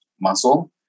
muscle